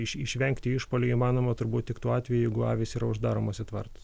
iš išvengti išpuolių įmanoma turbūt tik tuo atveju jeigu avys yra uždaromos į tvartus